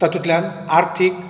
तातूंतल्यान आर्थीक